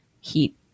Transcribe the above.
heat